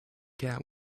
cat